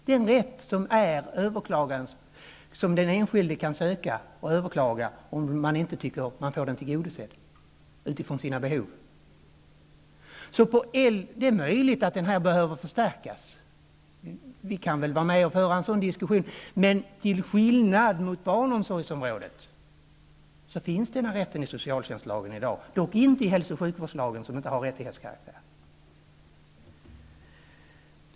Den enskilde har rätten att söka dessa tjänster och att överklaga om han inte tycker att han fått sina behov tillgodosedda. Det är möjligt att denna rättighet behöver förstärkas -- vi kan vara med och föra en sådan diskussion -- men till skillnad från vad som är fallet på barnomsorgsområdet finns denna rätt i socialtjänstlagen i dag, dock inte i hälso och sjukvårdslagen, som inte har rättighetskaraktär.